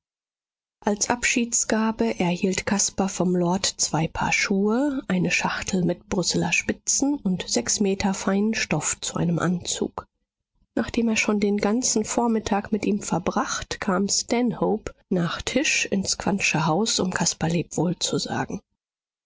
als abschiedsgabe erhielt caspar vom lord zwei paar schuhe eine schachtel mit brüsseler spitzen und sechs meter feinen stoff zu einem anzug nachdem er schon den ganzen vormittag mit ihm verbracht kam stanhope nach tisch ins quandtsche haus um caspar lebewohl zu sagen